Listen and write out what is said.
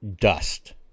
dust